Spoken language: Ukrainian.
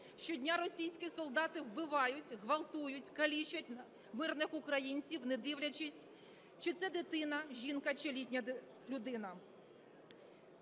Щодня російські солдати вбивають, ґвалтують, калічать мирних українців, не дивлячись, чи це дитина, жінка чи літня людина.